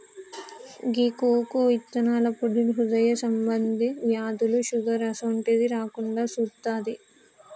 గీ cocoa ఇత్తనాల పొడి హృదయ సంబంధి వ్యాధులు, షుగర్ అసోంటిది రాకుండా సుత్తాది